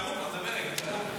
הישארו פה, נדבר רגע.